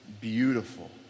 beautiful